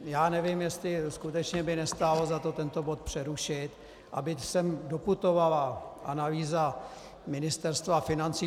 Já nevím, jestli by skutečně nestálo za to tento bod přerušit, aby sem doputovala analýza Ministerstva financí.